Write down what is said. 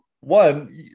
One